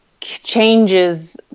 changes